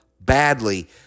badly